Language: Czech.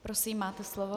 Prosím, máte slovo.